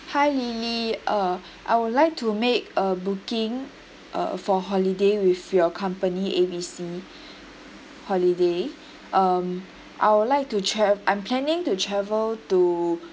hi lily uh I would like to make a booking uh for holiday with your company A B C holiday um I would like to tra~ I'm planning to travel to